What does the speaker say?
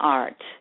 art